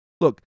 Look